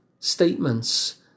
statements